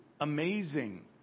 amazing